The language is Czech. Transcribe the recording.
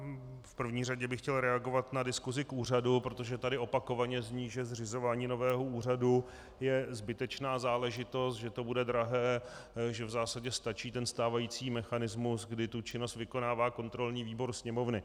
V první řadě bych chtěl reagovat na diskusi k úřadu, protože tady opakovaně zní, že zřizování nového úřadu je zbytečná záležitost, že to bude drahé, že v zásadě stačí stávající mechanismus, kdy činnost vykonává kontrolní výbor Sněmovny.